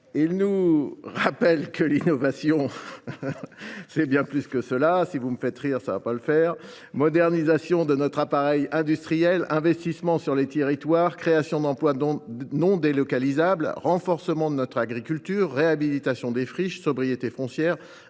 nous rappelle que l’innovation, c’est bien plus que cela ! Modernisation de notre appareil industriel, investissements dans les territoires, création d’emplois non délocalisables, renforcement de notre agriculture, réhabilitation de friches, sobriété foncière,